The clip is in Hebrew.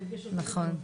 אני בקשר איתו,